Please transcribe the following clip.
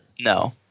No